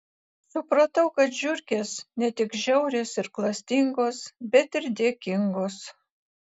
supratau kad žiurkės ne tik žiaurios ir klastingos bet ir dėkingos